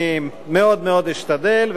אני מאוד מאוד אשתדל,